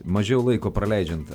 mažiau laiko praleidžiant